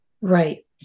Right